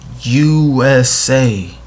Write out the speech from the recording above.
USA